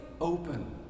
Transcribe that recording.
open